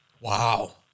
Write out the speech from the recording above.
Wow